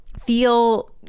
feel